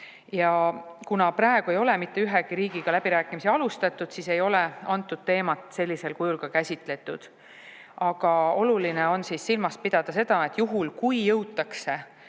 Ent kuna praegu ei ole mitte ühegi riigiga läbirääkimisi alustatud, siis ei ole antud teemat sellisel kujul käsitletud. Aga oluline on silmas pidada seda, et juhul kui jõutakse